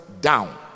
down